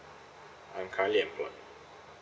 I'm currently employed